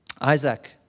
Isaac